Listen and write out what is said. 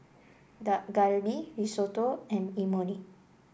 Dak Galbi Risotto and Imoni